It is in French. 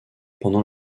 pendant